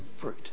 fruit